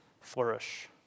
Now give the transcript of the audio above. flourish